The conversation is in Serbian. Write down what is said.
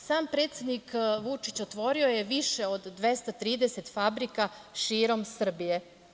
Sam predsednik Vučić otvorio je više od 230 fabrika širom Srbije.